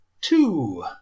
two